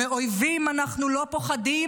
מאויבים אנחנו לא פוחדים,